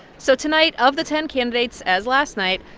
so tonight, of the ten candidates, as last night,